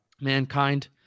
Mankind